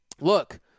look